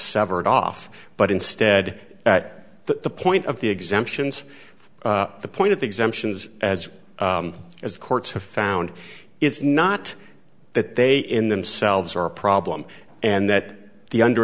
severed off but instead at the point of the exemptions from the point of exemptions as as courts have found it's not that they in themselves are a problem and that the under